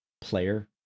player